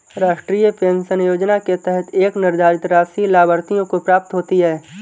राष्ट्रीय पेंशन योजना के तहत एक निर्धारित राशि लाभार्थियों को प्राप्त होती है